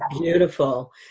beautiful